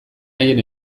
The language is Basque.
haien